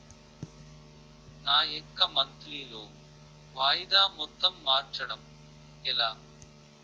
నా యెక్క monthly loan వాయిదా మొత్తం మార్చడం ఎలా?